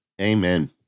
amen